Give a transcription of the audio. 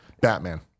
Batman